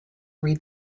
read